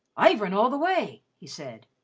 i've run all the way, he said.